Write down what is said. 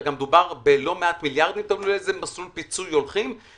אני אומר את זה כי אני בצורה כזאת או אחרת מרגיש את מה שהשטח מרגיש.